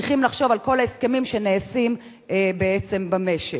צריכים לחשוב על כל ההסכמים שנעשים בעצם במשק?